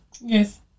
Yes